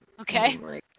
Okay